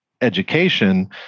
education